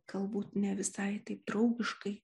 galbūt ne visai taip draugiškai